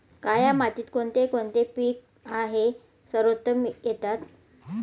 काया मातीत कोणते कोणते पीक आहे सर्वोत्तम येतात?